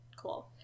Cool